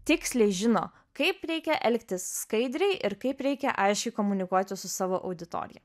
tiksliai žino kaip reikia elgtis skaidriai ir kaip reikia aiškiai komunikuoti su savo auditorija